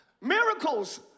Miracles